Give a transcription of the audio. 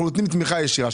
אנחנו נותנים תמיכה ישירה.